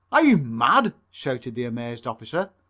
are you mad? shouted the amazed officer.